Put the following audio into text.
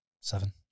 Seven